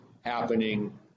happening